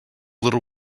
little